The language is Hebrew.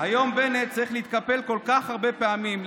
היום בנט צריך להתקפל כל כך הרבה פעמים,